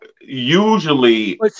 usually